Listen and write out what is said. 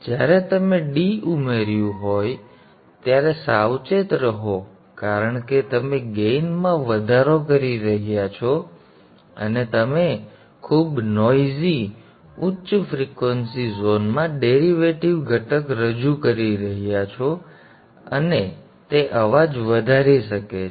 જ્યારે તમે D ઉમેર્યું હોય ત્યારે સાવચેત રહો કારણ કે તમે ગેઇનમાં વધારો કરી રહ્યા છો અને તમે ખૂબ નોઇઝી ઉચ્ચ ફ્રિક્વન્સી ઝોન માં ડેરિવેટિવ ઘટક રજૂ કરી રહ્યા છો અને તે અવાજને વધારી શકે છે